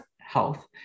health